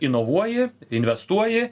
inovuoji investuoji